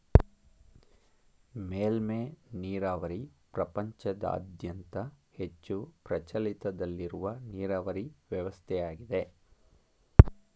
ಮೇಲ್ಮೆ ನೀರಾವರಿ ಪ್ರಪಂಚದಾದ್ಯಂತ ಹೆಚ್ಚು ಪ್ರಚಲಿತದಲ್ಲಿರುವ ನೀರಾವರಿ ವ್ಯವಸ್ಥೆಯಾಗಿದೆ